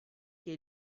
che